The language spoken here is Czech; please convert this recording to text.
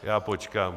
Já počkám.